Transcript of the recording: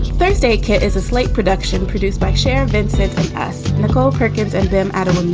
thursday kit is a slate production produced by sheriff vincent impass, nicole perkins' and them and